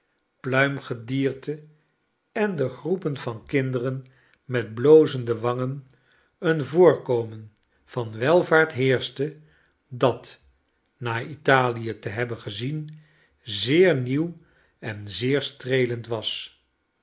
pluimgedierte en de groepen van kinderen met blozende wangen een voorkomen vanwelvaartheerschte dat na italie te hebben gezien zeer nieuw en zeer streelend was